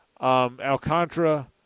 Alcantara